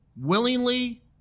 willingly